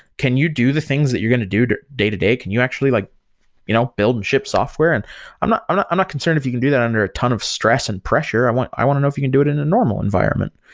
can you do the things that you're going to do to day-to-day? can you actually like you know build and ship software? and i'm not i'm not concerned if you can do that under a ton of stress and pressure. i want i want to know if you can do it in a normal environment.